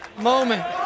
moment